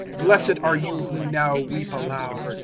blessed are you who now weep aloud,